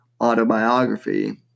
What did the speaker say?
autobiography